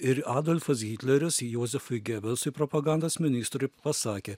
ir adolfas hitleris jozefui gebelsui propagandos ministrui pasakė